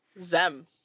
Zem